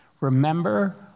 Remember